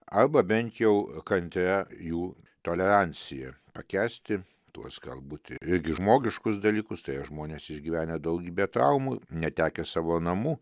arba bent jau kantria jų tolerancija pakęsti tuos galbūt irgi žmogiškus dalykus tai yra žmonės išgyvenę daugybę traumų netekę savo namų